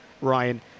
Ryan